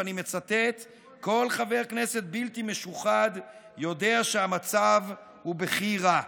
ואני מצטט: "כל חבר כנסת בלתי משוחד יודע שהמצב הוא בכי רע".